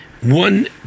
one